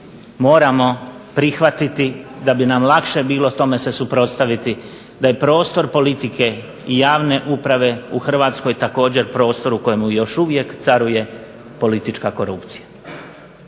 Moramo prihvatiti da bi nam lakše bilo tome se suprotstaviti da je prostor politike i javne uprave u Hrvatskoj također prostor u kojemu još uvijek caruje politička korupcija.